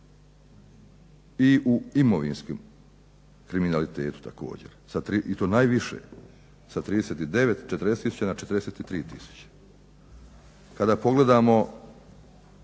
i u imovinskim kriminalitetu također i to najviše sa 39, 40 tisuća na 43 tisuće. Kada pogledamo